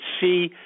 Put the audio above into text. see